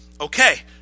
Okay